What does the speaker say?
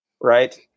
right